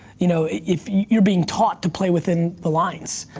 you know, if, you're being taught to play within the lines.